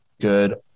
good